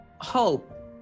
Hope